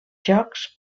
jocs